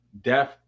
death